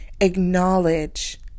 acknowledge